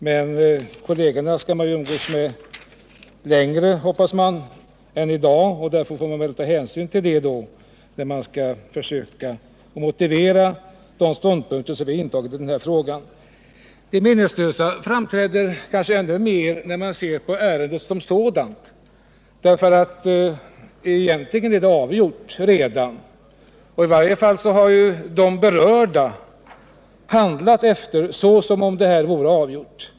Men man hoppas kunna få umgås med sina kolleger längre än i dag och man får ta hänsyn till detta då man skall försöka motivera de ståndpunkter som vi intagit i denna fråga. Det meningslösa framträder kanske ännu mer när man ser på ärendet som sådant, därför att det egentligen redan är avgjort. I varje fall har de berörda handlat som om ärendet vore avgjort.